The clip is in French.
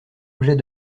objet